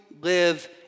live